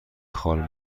خال